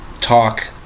talk